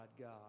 God